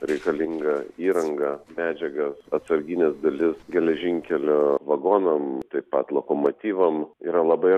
reikalingą įrangą medžiagas atsargines dalis geležinkelio vagonam taip pat lokomotyvam yra labai